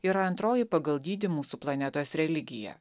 yra antroji pagal dydį mūsų planetos religija